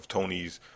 Tony's